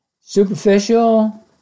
Superficial